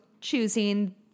choosing